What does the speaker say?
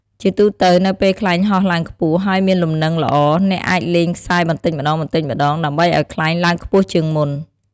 ជាទូទៅ នៅពេលខ្លែងហោះឡើងខ្ពស់ហើយមានលំនឹងល្អ អ្នកអាចលែងខ្សែបន្តិចម្តងៗ ដើម្បីឱ្យខ្លែងឡើងខ្ពស់ជាងមុន។